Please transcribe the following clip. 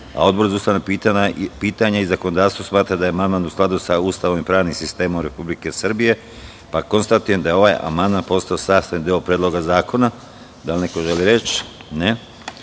a Odbor za ustavna pitanja i zakonodavstvo smatra da je amandman u skladu sa Ustavom i pravnim sistemom Republike Srbije, pa konstatujem da je ovaj amandman postao sastavni deo Predloga zakona. Da li neko želi reč?